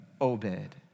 Obed